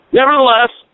nevertheless